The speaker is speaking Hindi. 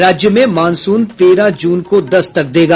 राज्य में मॉनसून तेरह जून को दस्तक देगा